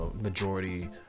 majority